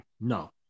No